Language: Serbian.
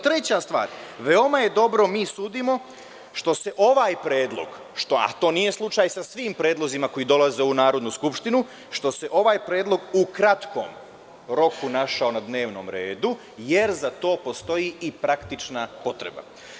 Treća stvar, veoma je dobro, mi sudimo, što se ovaj predlog, a to nije slučaj sa svim predlozima koji dolaze u ovu Narodnu skupštinu, što se ovaj predlog u kratkom roku našao na dnevnom redu, jer za to postoji i praktična potreba.